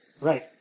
Right